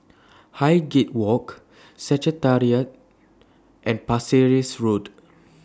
Highgate Walk Secretariat and Pasir Ris Road